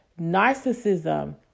narcissism